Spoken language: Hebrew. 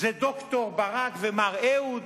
זה ד"ר ברק ומר אהוד?